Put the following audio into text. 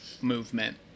movement